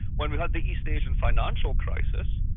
when we had the east asian financial crisis,